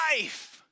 life